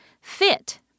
fit